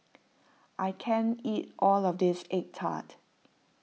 I can't eat all of this Egg Tart